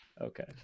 okay